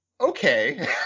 okay